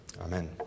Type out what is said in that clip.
Amen